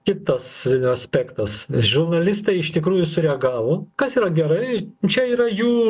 kitas aspektas žurnalistai iš tikrųjų sureagavo kas yra gerai čia yra jų